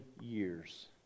years